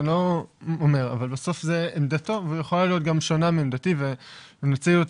אבל בסוף זה עמדתו והיא יכולה להיות גם שונה מעמדתי והם הציגו את